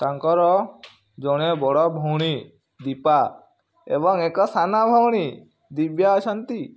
ତାଙ୍କର ଜଣେ ବଡ଼ ଭଉଣୀ ଦୀପା ଏବଂ ଏକ ସାନ ଭଉଣୀ ଦିବ୍ୟା ଅଛନ୍ତି